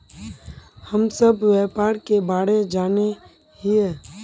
हम सब व्यापार के बारे जाने हिये?